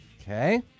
Okay